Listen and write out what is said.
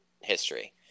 history